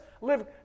Live